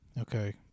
Okay